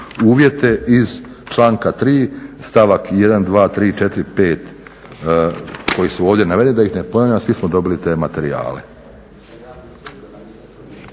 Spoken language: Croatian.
uvjete iz članka 3. stavak, 1., 2., 3., 4., 5. koji su ovdje navedeni, da ih ne ponavljam, svi smo dobili te materijale.